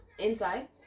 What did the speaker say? inside